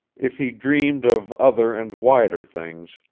if he dreamed of other and wider things,